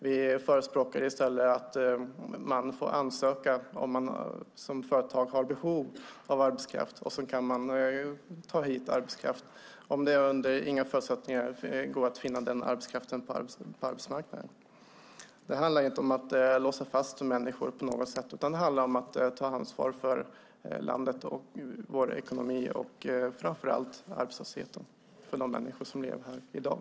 Vi förespråkar i stället att företag får ansöka om att ta hit arbetskraft om de har behov av arbetskraft - under förutsättning att det inte går att finna denna arbetskraft på den svenska arbetsmarknaden. Det handlar inte om att låsa fast människor utan om att ta ansvar för landet, för vår ekonomi och framför allt för de arbetslösa människor som lever här i dag.